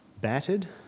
battered